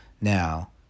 now